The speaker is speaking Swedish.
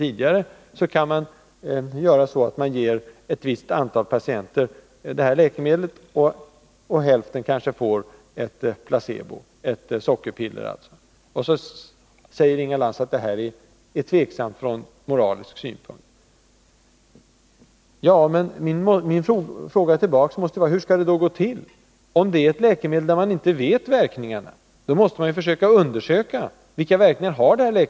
Man kan ge hälften av ett antal patienter detta läkemedel och hälften ett placebo, dvs. ett sockerpiller. Inga Lantz säger, att detta är tveksamt från moralisk synpunkt. Min fråga till henne blir: Hur skall det då gå till? Om man har ett läkemedel som man inte vet verkningarna av, måste man ju försöka undersöka vilka verkningar det har.